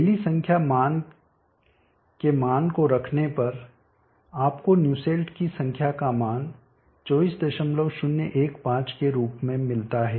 rally संख्या मान के मान को रखने पर आपको न्यूसेल्ट की संख्या का मान 24015 के रूप में मिलता है